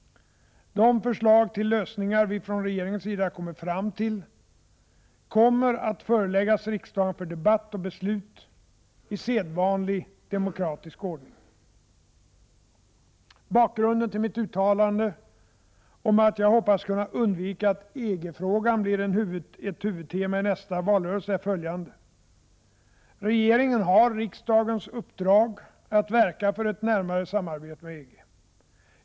De förslag till lösningar vi från regeringens sida kommer fram till kommer att föreläggas riksdagen för debatt och beslut i sedvanlig demokratisk ordning. Bakgrunden till mitt uttalande om att jag hoppas kunna undvika att EG-frågan blir ett huvudtema i nästa valrörelse är följande: Regeringen har riksdagens uppdrag att verka för ett närmare samarbete med EG.